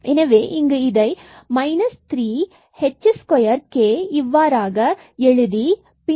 எனவே இங்கு இதை 3 h2k இவ்வாறாக 2h2k and h2k என எழுதி கொள்கிறோம்